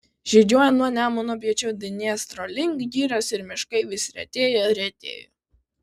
žygiuojant nuo nemuno piečiau dniestro link girios ir miškai vis retėjo retėjo